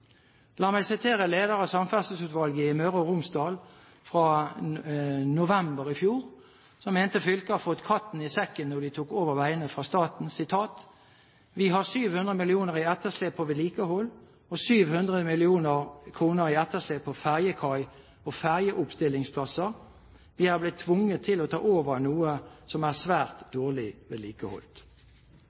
La meg sitere lederen av samferdselsutvalget i Møre og Romsdal – fra november i fjor – som mente fylket har fått katten i sekken når de tok over veiene fra staten: «Vi har 700 millionar kroner i etterslep på vedlikehald og 700 millionar kroner i etterslep på ferjekai og ferjeoppstillingsplass. Vi har vorte tvinga til å ta over noko som er halde svært